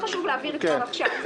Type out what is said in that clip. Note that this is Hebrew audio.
חשוב להבהיר את זה כבר עכשיו.